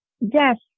Yes